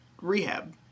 rehab